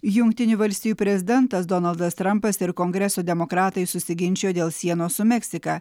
jungtinių valstijų prezidentas donaldas trampas ir kongreso demokratai susiginčijo dėl sienos su meksika